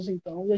Então